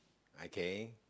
okay